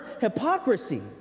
hypocrisy